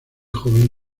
joven